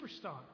superstar